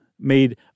made